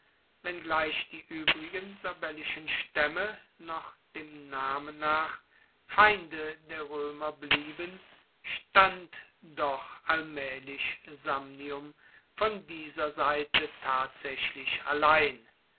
wenngleich die uebrigen sabellischen staemme noch dem namen nach feinde der roemer blieben stand doch allmaehlich samnium von dieser seite tatsaechlich allein